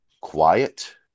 quiet